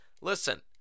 listen